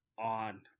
on